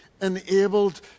enabled